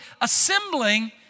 assembling